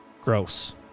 gross